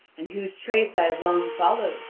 and whose trace i have long followed.